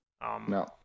No